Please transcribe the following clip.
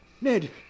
Ned